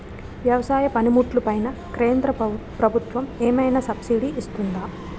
వ్యవసాయ పనిముట్లు పైన కేంద్రప్రభుత్వం ఏమైనా సబ్సిడీ ఇస్తుందా?